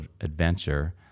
adventure